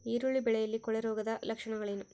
ಈರುಳ್ಳಿ ಬೆಳೆಯಲ್ಲಿ ಕೊಳೆರೋಗದ ಲಕ್ಷಣಗಳೇನು?